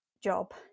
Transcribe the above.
job